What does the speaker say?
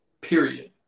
period